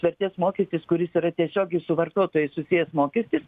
vertės mokestis kuris yra tiesiogiai su vartotojais susijęs mokestis